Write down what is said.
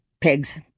pigs